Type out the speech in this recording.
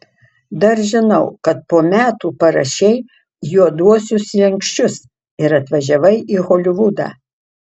dar žinau kad po metų parašei juoduosius slenksčius ir atvažiavai į holivudą